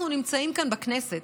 אנחנו נמצאים כאן בכנסת,